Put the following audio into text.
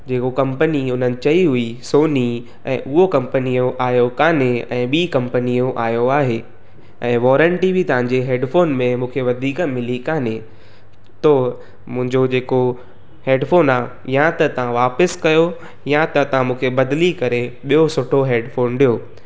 जेको कंपनी हुननि चई हुई सोनी ऐं उहो कंपनीअ जो आहियो कोन्हे ऐं ॿी कंपनियूं आयो आहे ऐं वॉरंटी बि तव्हांजे हैडफ़ोन में मूंखे वधीक मिली कोन्हे थो मुंहिंजो जेको हैडफ़ोन आहे या त तव्हां वापसि कयो या त तव्हां मूंखे बदिली करे ॿियो सुठो हैडफ़ोन ॾियो